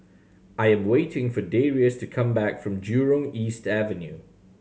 I am waiting for Darius to come back from Jurong East Avenue